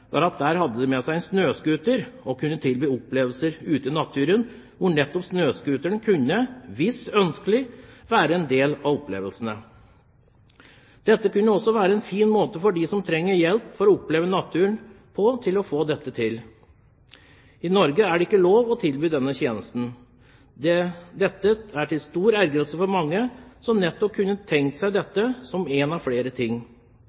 var at de hadde med seg en snøscooter. De kunne tilby opplevelser ute i naturen, hvor nettopp snøscooteren, hvis ønskelig, kunne være en del av opplevelsen. Det kan også være en fin måte å oppleve naturen på for dem som trenger hjelp for å få dette til. I Norge er det ikke lov å tilby denne tjenesten. Dette er til stor ergrelse for mange, som nettopp kunne tenkt seg dette som en av flere ting.